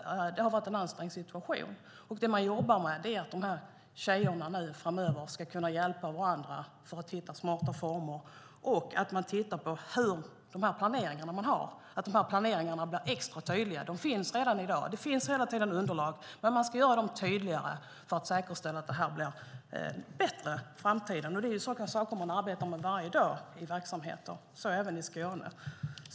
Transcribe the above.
Det har varit en ansträngd situation. Man jobbar för att de här tjejerna ska kunna hjälpa varandra framöver och hitta smarta former för det. Man tittar också på de planeringar man har så att de blir extra tydliga. De finns redan i dag. Det finns underlag, men man ska göra dem tydligare för att säkerställa att det här blir bättre i framtiden. Det är sådana saker man arbetar med varje dag i verksamheten, och så även i Skåne.